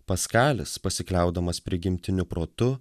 paskalis pasikliaudamas prigimtiniu protu